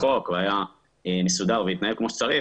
חוק והיה מסודר והתנכל כמו שצריך,